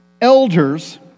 elders